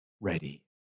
ready